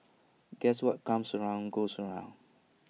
guess what comes around goes around